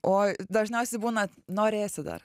oi dažniausiai būna norėsi dar